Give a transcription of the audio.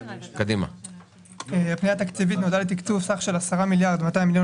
פניה תקציבית נועדה לתקצוב בסך של 10.2 מיליארד